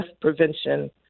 prevention